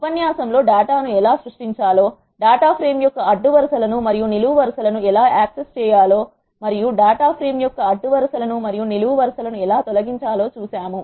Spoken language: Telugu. ఉపన్యాసంలో డేటా ను ఎలా సృష్టించాలో డేటా ఫ్రేమ్ యొక్క అడ్డు వరుస లను మరియు నిలువు వరుస లను ఎలా యాక్సెస్ చేయాలో మరియు డేటా ఫ్రేమ్ యొక్క అడ్డు వరుస లను మరియు నిలువు వరుస లను ఎలా తొలగించాలో చూసాము